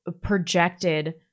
projected